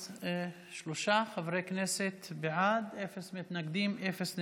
אז שלושה חברי כנסת בעד, אפס מתנגדים ואפס נמנעים.